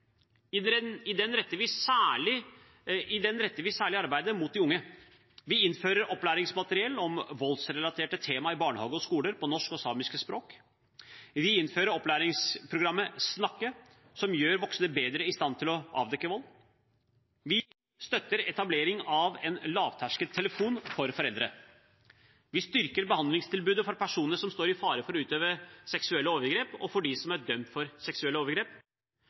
I den retter vi særlig arbeidet inn mot de unge. Vi innfører opplæringsmateriell om voldsrelaterte temaer i barnehage og skole på norsk og samiske språk. Vi innfører opplæringsprogrammet SNAKKE, som gjør voksne bedre i stand til å avdekke vold. Vi støtter etablering av en lavterskeltelefon for foreldre. Vi styrker behandlingstilbudet for personer som står i fare for å utøve seksuelle overgrep, og for dem som er dømt for seksuelle overgrep.